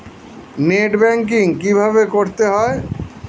Net banking কীভাবে করতে হয়?